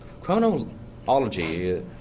chronology